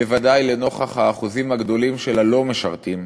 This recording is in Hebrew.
בוודאי לנוכח האחוזים הגדולים של הלא-משרתים,